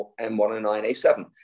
M109A7